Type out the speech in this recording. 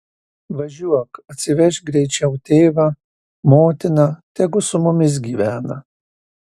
važiuok atsivežk greičiau tėvą motiną tegu su mumis gyvena